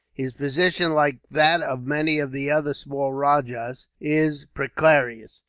his position, like that of many of the other small rajahs, is precarious.